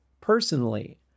personally